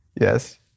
Yes